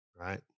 Right